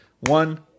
one